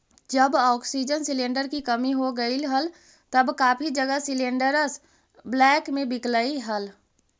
जब oxygen cylinder की कमी हो गईल हल तब काफी जगह सिलेंडरस ब्लैक में बिकलई हल